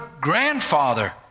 grandfather